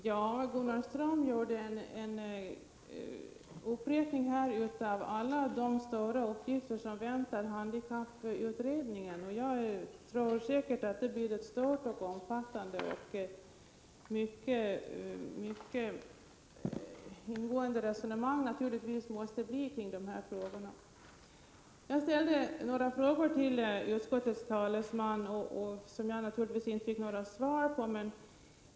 Herr talman! Gunnar Ström räknade upp de stora uppgifter som väntar handikapputredningen. Det blir säkert ett stort och omfattande arbete och en mycket ingående debatt om dessa frågor. Jag ställde några frågor till utskottets talesman som jag naturligtvis inte fick några svar på.